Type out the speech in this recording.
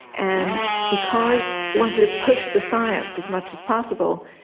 and because he wanted to push the science as much as possible,